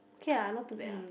okay lah not too bad lah